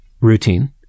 routine